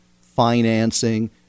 financing